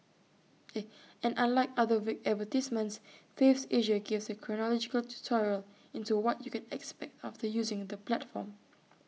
and unlike other vague advertisements Faves Asia gave A chronological tutorial into what you can expect after using the platform